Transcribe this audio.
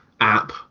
app